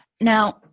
Now